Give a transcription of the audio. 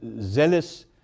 zealous